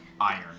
iron